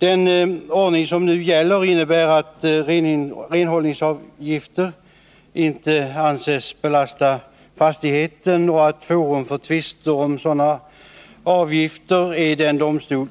Den ordning som nu gäller innebär att renhållningsavgifter inte anses belasta fastigheten och att forum för tvister om sådana avgifter är den